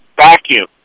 vacuum